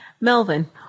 Melvin